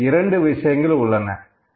இங்கே இரண்டு விஷயங்கள் உள்ளன